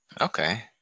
Okay